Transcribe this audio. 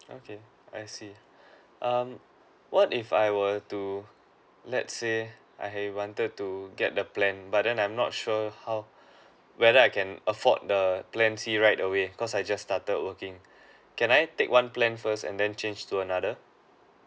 okay I see um what if I were to let's say I err wanted to get the plan but I'm not sure how whether I can afford the plan C right away because I just started working can I take one plan first and then change to another